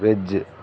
veg